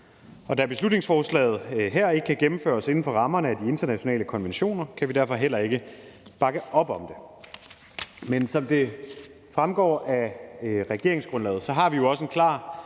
Og da beslutningsforslaget her ikke kan gennemføres inden for rammerne af de internationale konventioner, kan vi derfor heller ikke bakke op om det. Men som det fremgår af regeringsgrundlaget, har vi jo også i